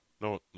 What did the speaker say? No